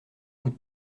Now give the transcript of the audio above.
coup